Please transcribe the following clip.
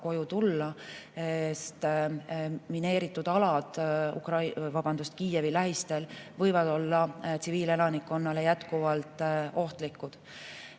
koju tulla, sest mineeritud alad Kiievi lähistel võivad olla tsiviilelanikkonnale jätkuvalt ohtlikud.